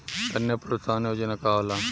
कन्या प्रोत्साहन योजना का होला?